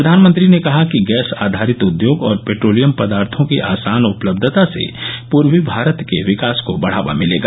प्रधानमंत्री ने कहा कि गैस आधारित उद्योग और पेट्रोलियम पदार्थो की आसान उपलब्यता से पूर्वी भारत के विकास को बढ़ावा मिलेगा